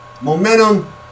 momentum